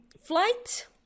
Flight